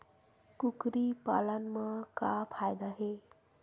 कुकरी पालन म का फ़ायदा हे?